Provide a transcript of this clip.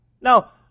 Now